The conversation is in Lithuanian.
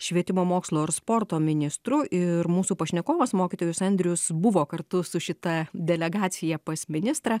švietimo mokslo ir sporto ministru ir mūsų pašnekovas mokytojus andrius buvo kartu su šita delegacija pas ministrą